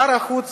שר החוץ